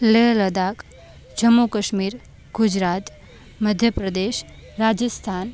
Leh Ladakh Jammu Kashmir Gujarat Madhya Pradesh Rajasthan